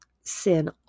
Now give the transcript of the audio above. sin